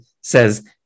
says